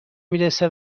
میرسه